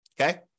okay